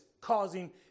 causing